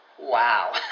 wow